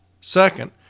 Second